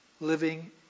living